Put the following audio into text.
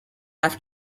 have